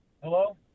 Hello